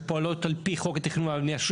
שפועלות על פי חוק התכנון והבנייה,